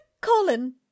Colin